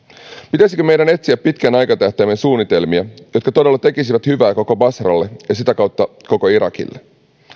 pitäisikö meidän etsiä pitkän aikatähtäimen suunnitelmia jotka todella tekisivät hyvää koko basralle ja sitä kautta koko irakille